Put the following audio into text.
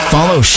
Follow